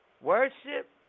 worship